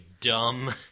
dumb